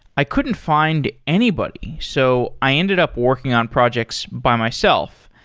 i couldn't find anybody. so, i ended up working on projects by myself.